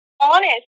honest